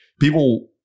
people